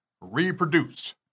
Reproduce